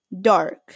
Dark